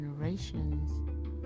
generations